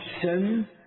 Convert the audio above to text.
sin